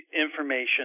information